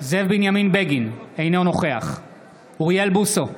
זאב בנימין בגין, אינו נוכח אוריאל בוסו,